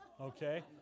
okay